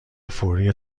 فوری